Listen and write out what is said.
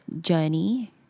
journey